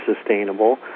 sustainable